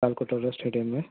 کال کٹورا اسٹیڈیم میں